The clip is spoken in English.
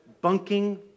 bunking